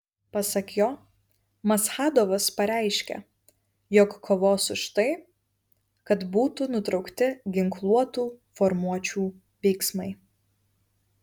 pasak jo maschadovas pareiškė jog kovos už tai kad būtų nutraukti ginkluotų formuočių veiksmai